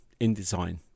InDesign